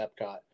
Epcot